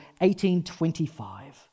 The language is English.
1825